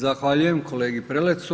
Zahvaljujem kolegi Prelecu.